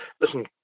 listen